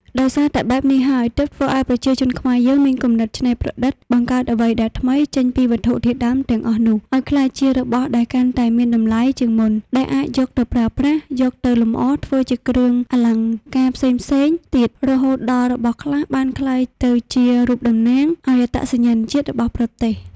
ដោយសារតែបែបនេះហើយ ទើបធ្វើឲ្យប្រជាជនខ្មែរយើងមានគំនិតច្នៃប្រឌិតបង្កើតអ្វីដែលថ្មីចេញពីវត្ថុធាតុដើមទាំងអស់នោះឲ្យក្លាយជារបស់ដែលកាន់តែមានតម្លៃជាងមុន ដែលអាចយកទៅប្រើប្រាស់ យកទៅលម្អធ្វើជាគ្រឿងអលង្ការផ្សេងៗទៀត រហូតដល់របស់ខ្លះវាបានក្លាយទៅជារូបតំណាង ឲ្យអត្តសញ្ញាណជាតិរបស់ប្រទេស។